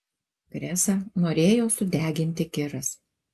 krezą norėjo sudeginti kiras